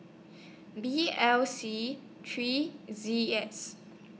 B L C three Z X